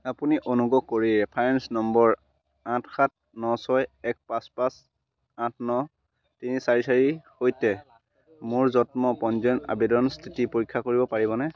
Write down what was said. আপুনি অনুগ্ৰহ কৰি ৰেফাৰেঞ্চ নম্বৰ আঠ সাত ন ছয় এক পাঁচ পাঁচ আঠ ন তিনি চাৰি চাৰিৰ সৈতে মোৰ জন্ম পঞ্জীয়ন আবেদনৰ স্থিতি পৰীক্ষা কৰিব পাৰিবনে